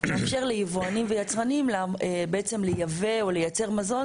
נאפשר ליבואנים ויצרנים לייבא או לייצר מזון